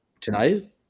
Tonight